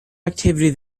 activity